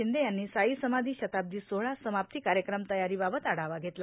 शिंदे यांनी साई समाधी शताब्दी सोहळा समाप्ती कार्यक्रम तयारीबाबत आढावा घेतला